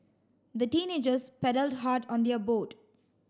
the teenagers paddled hard on their boat